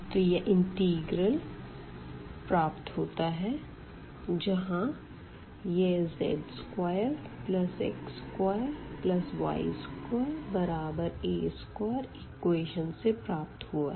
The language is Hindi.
तो यह इंटिग्रल प्राप्त होता है जहाँ यह z2x2y2a2 इक्वेशन से प्राप्त हुआ है